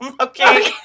Okay